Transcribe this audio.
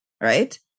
right